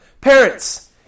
Parents